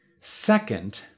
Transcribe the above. Second